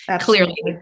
clearly